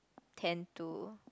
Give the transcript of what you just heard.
tend to